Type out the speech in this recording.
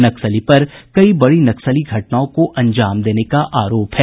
नक्सली पर कई बड़ी नक्सली घटनाओं को अंजाम देने का आरोप है